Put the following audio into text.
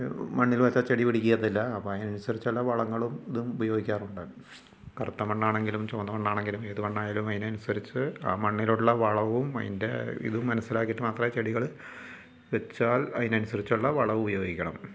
മണ്ണിൽ വെച്ചാൽ ചെടി പിടിക്കത്തില്ല അപ്പം അതിനനുസരിച്ചുള്ള വളങ്ങളും ഇതും ഉപയോഗിക്കാറുണ്ട് കറുത്ത മണ്ണാണെങ്കിലും ചുവന്ന മണ്ണാണെങ്കിലും ഏത് മണ്ണയാലും അതിനനുസരിച്ച് ആ മണ്ണിലുള്ള വളവും അതിൻ്റെ ഇതും മനസ്സിലാക്കിയിട്ട് മാത്രമേ ചെടികൾ വെച്ചാൽ അതിനനുസരിച്ചുള്ള വളവും ഉപയോഗിക്കണം